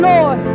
Lord